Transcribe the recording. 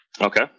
Okay